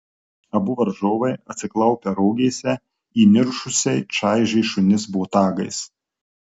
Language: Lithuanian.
abu varžovai atsiklaupę rogėse įniršusiai čaižė šunis botagais